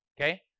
okay